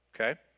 okay